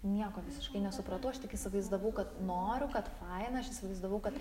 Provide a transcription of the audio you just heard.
nieko visiškai nesupratau aš tik įsivaizdavau kad noriu kad faina aš įsivaizdavau kad